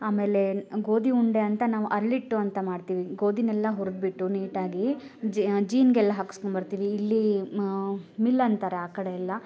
ಆಮೇಲೆ ಗೋದಿ ಉಂಡೆ ಅಂತ ನಾವು ಅರ್ಲಿಟ್ಟು ಅಂತ ಮಾಡ್ತೀವಿ ಗೋದಿನೆಲ್ಲ ಹುರಿದು ಬಿಟ್ಟು ನೀಟಾಗಿ ಜೀನ್ಗೆಲ್ಲ ಹಾಕಸ್ಕೊಂಡು ಬರ್ತೀವಿ ಇಲ್ಲಿ ಮಿಲ್ ಅಂತಾರೆ ಆ ಕಡೆಯೆಲ್ಲ